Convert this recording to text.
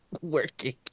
working